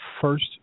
first